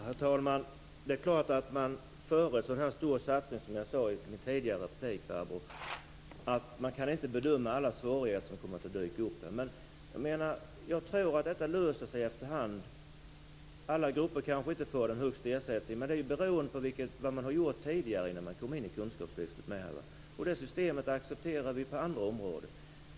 Herr talman! Det är klart att man före en sådan här stor satsning, som jag sade tidigare, inte kan bedöma alla de svårigheter som kommer att dyka upp. Men jag tror att detta löser sig efter hand. Alla grupper kanske inte får den högsta ersättningen, men det beror på vad man har gjort innan man kom in i kunskapslyftet. Det systemet accepterar vi på andra områden.